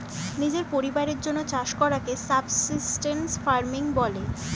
নিজের পরিবারের জন্যে চাষ করাকে সাবসিস্টেন্স ফার্মিং বলে